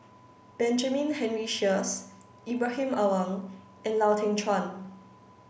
Benjamin Henry Sheares Ibrahim Awang and Lau Teng Chuan